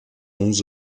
onze